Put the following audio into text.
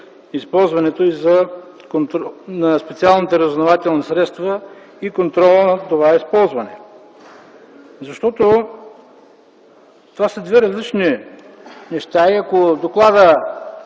използването на специалните разузнавателни средства и контрола над това използване. Защото, това са две различни неща, и ако доклада